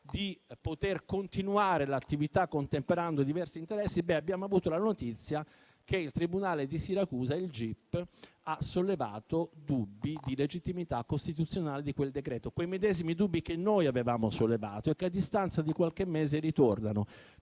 di far continuare l'attività, contemperando diversi interessi. Abbiamo avuto la notizia che il gip del tribunale di Siracusa ha sollevato dubbi di legittimità costituzionale di quel decreto-legge, gli stessi che noi avevamo sollevato e che, a distanza di qualche mese, ritornano.